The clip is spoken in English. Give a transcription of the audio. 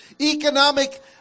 economic